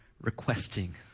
requesting